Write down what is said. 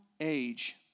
age